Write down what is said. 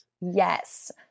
yes